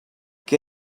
què